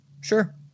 sure